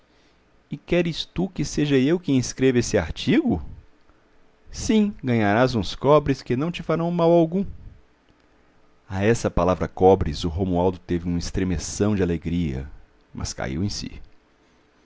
e queres tu que seja eu quem escreva esse artigo sim ganharás uns cobres que não te farão mal algum a essa palavra cobres o romualdo teve um estremeção de alegria mas caiu em si